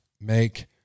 make